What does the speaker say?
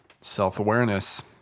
Self-awareness